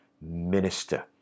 minister